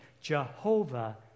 Jehovah